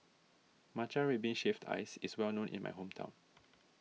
Matcha Red Bean Shaved Ice is well known in my hometown